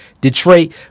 Detroit